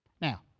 Now